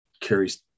Carrie's